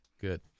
Good